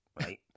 right